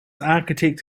architect